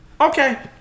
Okay